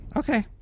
okay